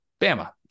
Bama